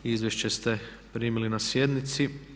Izvješće ste primili na sjednici.